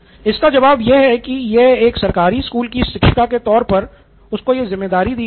इसका जवाब यह है की एक सरकारी स्कूल की शिक्षिका के तौर पर उसको यह ज़िम्मेदारी दी गयी है